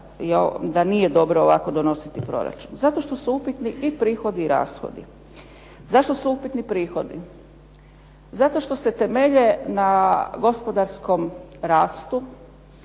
da nije dobro ovako donositi proračun. Zato što su upitni i prihodi i rashodi. Zašto su upitni prihodi? Zato što se temelje na gospodarskom rastu,